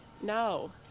No